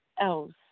else